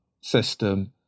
system